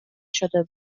شده